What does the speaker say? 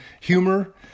humor